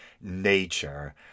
nature